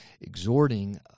exhorting